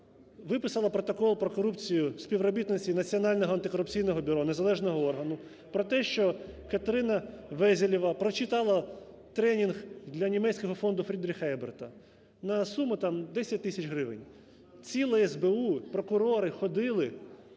виписало протокол про корупцію співробітниці Національного антикорупційного бюро, незалежного органу, про те, що Катерина Везелева прочитала тренінг для німецького фонду Фрідріха Еберта на суму там 10 тисяч гривень. Ціле СБУ, прокурори ходили,